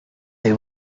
they